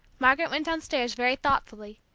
margaret went downstairs very thoughtfully,